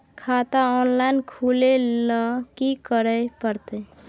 खाता ऑनलाइन खुले ल की करे परतै?